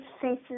faces